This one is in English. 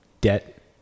debt